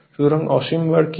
সুতরাং অসীম বার কি